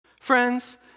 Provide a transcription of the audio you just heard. Friends